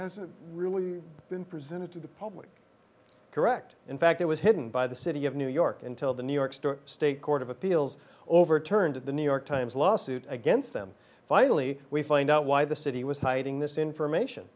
hasn't really been presented to the public correct in fact it was hidden by the city of new york until the new york state court of appeals overturned the new york times lawsuit against them finally we find out why the city was hiding this information